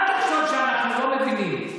אל תחשוב שאנחנו לא מבינים.